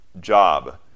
job